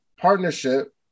partnership